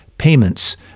Payments